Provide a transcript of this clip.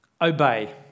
obey